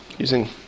using